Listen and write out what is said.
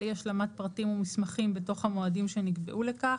אי השלמת פרטים ומסמכים בתוך המועדים שנקבעו לכך,